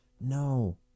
No